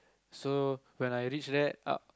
so when I reach there